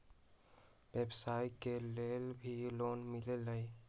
व्यवसाय के लेल भी लोन मिलहई?